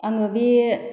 आङो बे